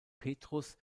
petrus